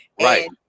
Right